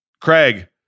Craig